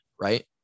right